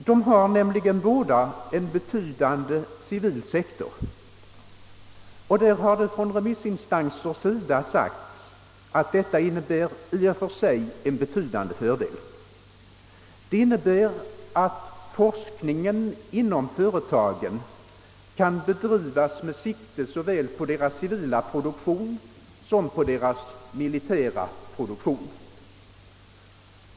De har nämligen båda vid sidan av sin krigsmaterielproduktion en betydande civil sektor och från remissinstansernas sida har påpekats, att detta i och för sig innebär en betydande fördel, eftersom forskningen inom företagen kan bedrivas med sikte på såväl deras civila som deras militära produktion.